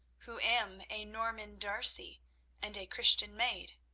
who am a norman d'arcy and a christian maid?